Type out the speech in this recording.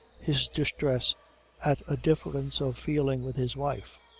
his distress at a difference of feeling with his wife.